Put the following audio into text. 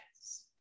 Yes